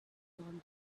london